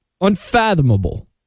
unfathomable